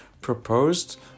proposed